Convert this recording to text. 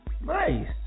Nice